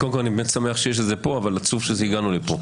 קודם כל אני באמת שמח שיש את זה פה אבל עצוב שהגענו לפה,